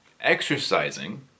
exercising